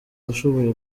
washoboye